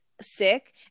sick